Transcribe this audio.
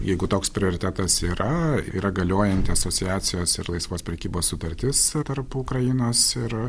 jeigu toks prioritetas yra yra galiojanti asociacijos ir laisvos prekybos sutartis tarp ukrainos ir